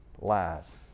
lies